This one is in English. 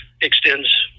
extends